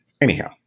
Anyhow